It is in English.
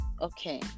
Okay